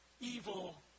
evil